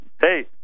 hey